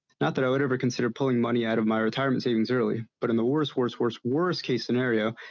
not that i would ever consider pulling money out of my retirement savings early, but in the worst, worst, worst, worst case scenario,